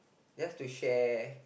just to share